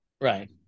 right